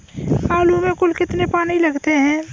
आलू में कुल कितने पानी लगते हैं?